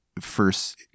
first